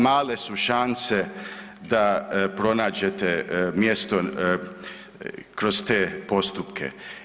Male su šanse da pronađete mjesto kroz te postupke.